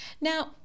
now